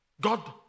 God